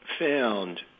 found